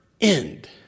end